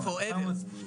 Forever.